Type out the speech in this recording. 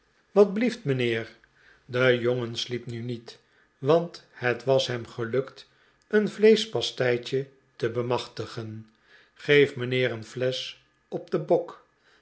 wat blieft mijnheer de jongen sliep nu niet want het was hem gelukt een vleeschpasteitje te bemachtigen geef mijnheer een flesch op den bok